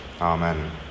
Amen